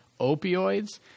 opioids